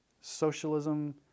socialism